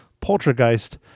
poltergeist